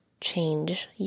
change